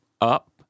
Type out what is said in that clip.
up